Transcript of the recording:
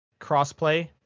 crossplay